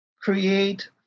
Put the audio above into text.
create